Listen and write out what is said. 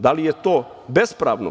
Da li je to bespravno?